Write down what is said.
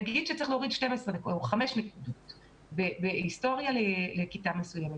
נגיד שצריך להוריד חמש נקודות בהיסטוריה לכיתה מסוימת,